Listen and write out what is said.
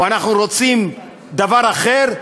או: אנחנו רוצים דבר אחר,